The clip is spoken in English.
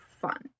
fun